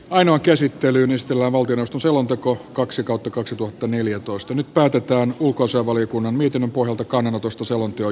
ainoa käsittelylistalla valtioiden selontekoon kaksi kautta kaksituhattaneljätoista nyt päätetään ulkoasiainvaliokunnan mietinnön pohjalta kannanotosta selonteon johdosta